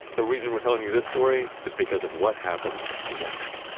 the reason we're telling you this story is because of what happened next.